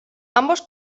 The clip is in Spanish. ambos